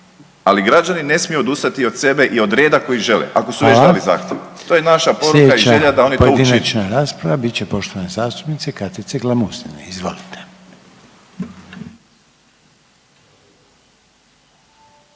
ali građani ne smiju odustati od sebe i od reda koji žele, ako su već dali zahtjev … /Upadica Željko Reiner: